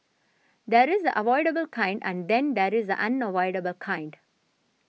there is the avoidable kind and then there is the unavoidable kind